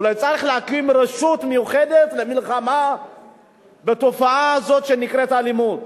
אולי צריך להקים רשות מיוחדת למלחמה בתופעה הזאת שנקראת אלימות,